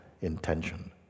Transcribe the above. intention